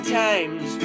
times